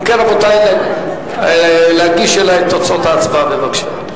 אם כן, רבותי, להגיש אלי את תוצאות ההצבעה בבקשה.